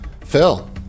Phil